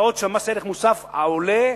בעוד שמס ערך מוסף עולה,